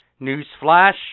newsflash